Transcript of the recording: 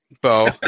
Bo